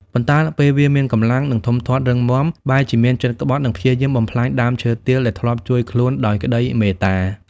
ប៉ុន្តែពេលវាមានកម្លាំងនិងធំធាត់រឹងមាំ បែរជាមានចិត្តក្បត់ និងព្យាយាមបំផ្លាញដើមឈើទាលដែលធ្លាប់ជួយខ្លួនដោយក្តីមេត្តា។